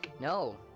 No